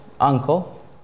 uncle